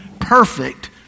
perfect